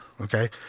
okay